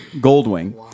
Goldwing